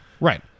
right